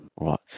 Right